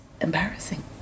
embarrassing